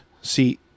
See